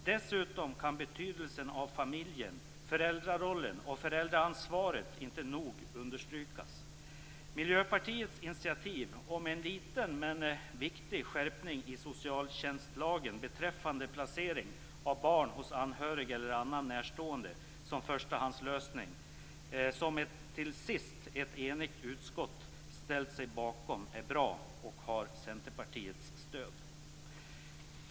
Dessutom kan betydelsen av familjen, föräldrarollen och föräldraansvaret inte nog understrykas, Miljöpartiets initiativ om en liten men viktig skärpning i socialtjänstlagen beträffande placering av barn hos anhörig eller annan närstående som förstahandslösning, som till sist ett enigt utskott har ställt sig bakom, är bra och har Centerpartiets stöd.